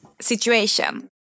situation